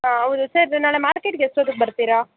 ಹಾಂ ಹೌದು ಸರ್ ನಾಳೆ ಮಾರ್ಕೇಟ್ಗೆ ಎಷ್ಟೊತ್ತಗ್ ಬರ್ತೀರಾ